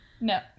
no